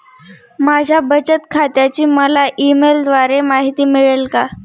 माझ्या बचत खात्याची मला ई मेलद्वारे माहिती मिळेल का?